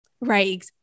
Right